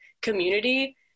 community